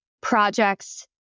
projects